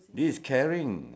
this is caring